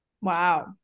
Wow